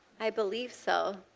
i believe so.